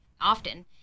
often